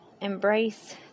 embrace